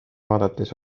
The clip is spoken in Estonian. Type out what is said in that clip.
vaadates